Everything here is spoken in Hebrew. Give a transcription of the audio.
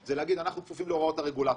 היא להגיד אנחנו כפופים להוראות הרגולטור.